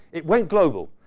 it went global.